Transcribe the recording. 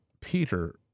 Peter